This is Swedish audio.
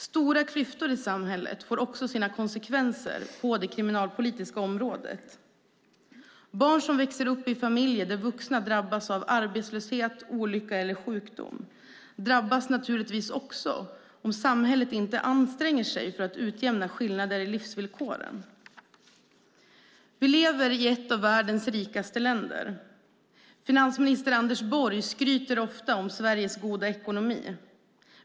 Stora klyftor i samhället får konsekvenser även på det kriminalpolitiska området. Barn som växer upp i familjer där vuxna drabbas av arbetslöshet, olycka eller sjukdom drabbas naturligtvis också om inte samhället anstränger sig för att utjämna skillnader i livsvillkoren. Vi lever i ett av världens rikaste länder. Finansminister Anders Borg skryter ofta om Sveriges goda ekonomi.